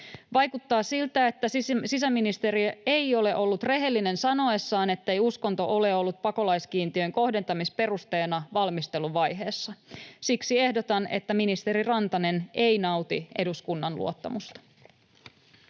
Vaikuttaa siltä, että sisäministeri ei ole ollut rehellinen sanoessaan, ettei uskonto ole ollut pakolaiskiintiön kohdentamisperusteena valmisteluvaiheessa. Siksi ehdotan, että ministeri Rantanen ei nauti eduskunnan luottamusta.